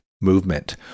movement